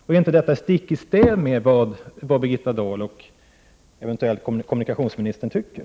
Går inte detta stick i stäv mot vad Birgitta Dahl och eventuellt kommunikationsministern anser?